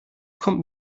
kommt